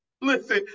Listen